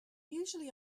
usually